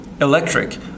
Electric